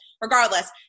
regardless